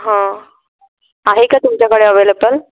हां आहे का तुमच्याकडे अवेलेबल